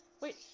Wait